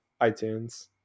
iTunes